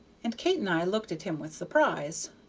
and kate and i looked at him with surprise.